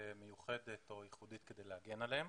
מיוחדת או ייחודית כדי להגן עליהן.